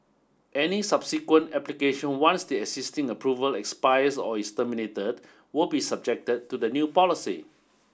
any subsequent application once the existing approval expires or is terminated will be subjected to the new policy